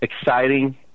exciting